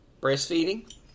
breastfeeding